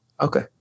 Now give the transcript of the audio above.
Okay